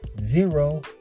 zero